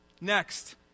Next